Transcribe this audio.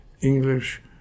English